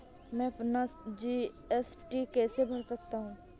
मैं अपना जी.एस.टी कैसे भर सकता हूँ?